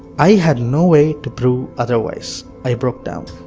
i had no way to prove otherwise. i broke down.